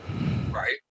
right